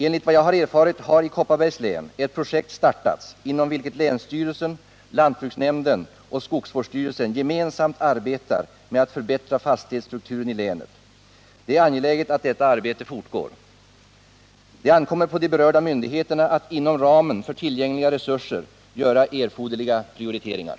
Enligt vad jag har erfarit har i Kopparbergs län ett projekt startats inom vilket länsstyrelsen, lantbruksnämnden och skogsvårdsstyrelsen gemensamt arbetar med att förbättra fastighetstrukturen i länet. Det är angeläget att detta arbete fortgår. Det ankommer på de berörda myndigheterna att inom ramen för tillgängliga resurser göra erforderliga prioriteringar.